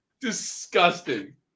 disgusting